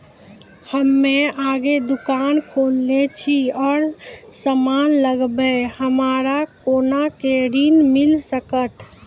हम्मे एगो दुकान खोलने छी और समान लगैबै हमरा कोना के ऋण मिल सकत?